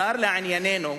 שר לעניינינו,